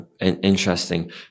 Interesting